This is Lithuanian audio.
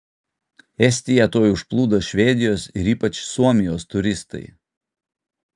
estiją tuoj užplūdo švedijos ir ypač suomijos turistai